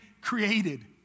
created